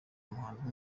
umuhanzi